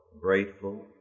grateful